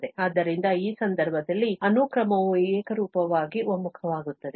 ಆದ್ದರಿಂದ ಈ ಸಂದರ್ಭದಲ್ಲಿ ಅನುಕ್ರಮವು ಏಕರೂಪವಾಗಿ ಒಮ್ಮುಖವಾಗುತ್ತದೆ